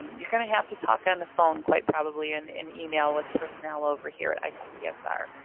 um you're going to have to talk on the phone quite probably, and and email with personnel over here at icpsr.